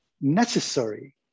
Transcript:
necessary